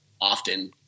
often